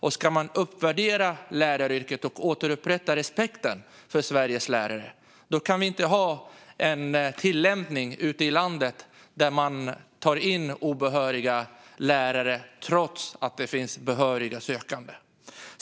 Och ska vi uppvärdera läraryrket och återupprätta respekten för Sveriges lärare kan vi inte ha en tillämpning ute i landet där man tar in obehöriga lärare trots att det finns behöriga sökande.